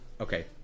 okay